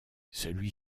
celui